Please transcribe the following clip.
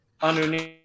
underneath